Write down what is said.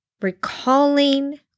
recalling